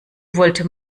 wollte